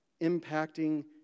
impacting